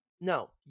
No